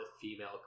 female